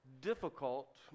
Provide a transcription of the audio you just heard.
difficult